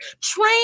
Train